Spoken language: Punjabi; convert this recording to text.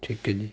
ਠੀਕ ਹੈ ਜੀ